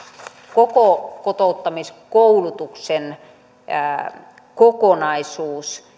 koko kotouttamiskoulutuksen kokonaisuus